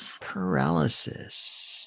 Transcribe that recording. paralysis